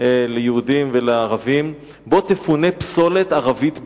ליהודים ולערבים, שבו תפונה פסולת ערבית בלבד.